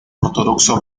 ortodoxo